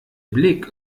blick